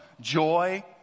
joy